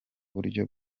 buryo